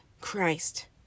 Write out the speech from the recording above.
Christ